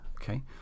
okay